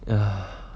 ya